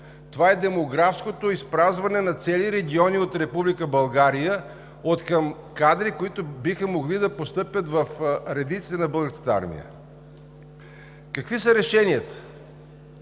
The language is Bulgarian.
– демографското изпразване на цели региони от Република България откъм кадри, които биха могли да постъпят в редиците на Българската армия. Какви са решенията?